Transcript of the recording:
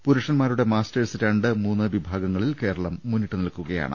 പുരുഷന്മാരുടെ മാസ്റ്റേഴ്സ് രണ്ട് മൂന്ന് വിഭാഗങ്ങളിൽ കേരളം മുന്നിട്ട് നിൽക്കുകയാണ്